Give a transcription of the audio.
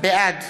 בעד